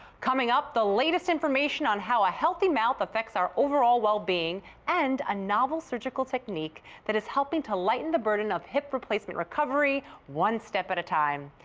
coming up, the latest information on how a healthy mouth affects our overall well-being and a novel surgical technique that is helping to lighten the burden of hip replacement recovery one step at a time.